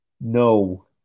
No